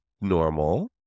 normal